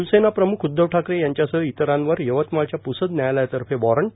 शिवसेना प्रम्ख उद्वव ठाकरे यांच्यासह इतरांवर यवतमाळच्या प्सद न्यायालयातर्फे वॉरंट